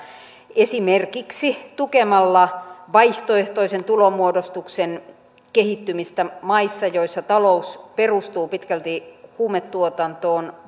esimerkiksi tukemalla vaihtoehtoisen tulonmuodostuksen kehittymistä maissa joissa talous perustuu pitkälti huumetuotantoon